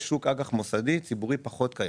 יש שוק אג"ח מוסדי, ציבורי פחות קיים.